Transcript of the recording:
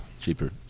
cheaper